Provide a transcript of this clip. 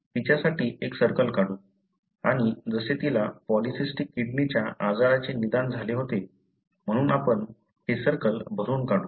तिच्यासाठी एक सर्कल काढू आणि जसे तिला पॉलीसिस्टिक किडनीच्या आजाराचे निदान झाले होते म्हणून आपण हे सर्कल भरून काढू